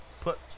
put